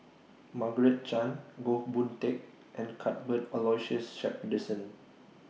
Margaret Chan Goh Boon Teck and Cuthbert Aloysius Shepherdson